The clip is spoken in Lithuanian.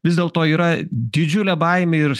vis dėlto yra didžiulė baimė ir